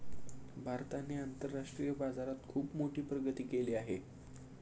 भारताने आंतरराष्ट्रीय बाजारात खुप मोठी प्रगती केली आहे